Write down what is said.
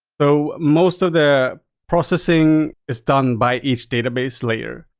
so most of the processing is done by each database layer.